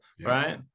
right